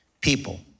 people